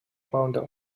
pounder